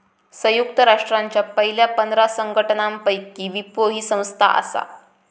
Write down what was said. संयुक्त राष्ट्रांच्या पयल्या पंधरा संघटनांपैकी विपो ही संस्था आसा